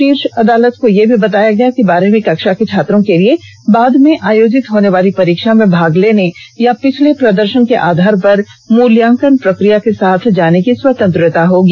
शीर्ष अदालत को यह भी बताया गया कि बारहवीं कक्षा के छात्रों के लिए बाद में आयोजित होने वाली परीक्षा में भाग लेने या पिछले प्रदर्शन के आधार पर मूल्यांकन प्रक्रिया के साथ जाने की स्वतंत्रता होगी